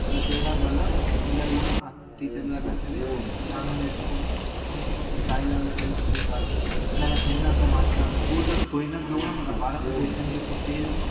అలా చేయడం వల్ల పిల్లలు కూడా టీచర్ల దాక వచ్చి వెళ్ళి చాలా నేర్చుకొని మంచి మంచి స్థాయిలలోకైతే పోతారు అండ్ అలా పోయినంత పోతారు పోయినంత మన భారతదేశం యొక్క పేరును